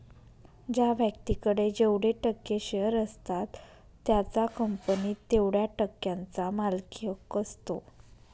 ज्या व्यक्तीकडे जेवढे टक्के शेअर असतात त्याचा कंपनीत तेवढया टक्क्यांचा मालकी हक्क असतो